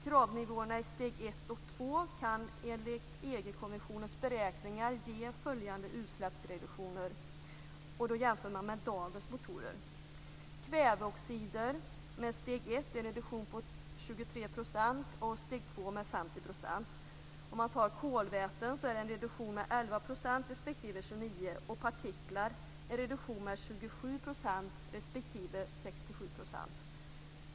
Kravnivåerna i steg 1 och steg 2 kan enligt EU-kommissionens beräkningar ge följande utsläppsreduktioner jämfört med dagens motorer: för kväveoxider med steg 1 en reduktion med 23 % och steg 2 med 50 %; för kolväten en reduktion med 11 % respektive 29 %; för partiklar en reduktion med 27 % respektive 67 %.